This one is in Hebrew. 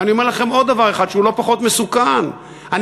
ואני אומר לכם עוד דבר אחד שהוא לא פחות מסוכן: אני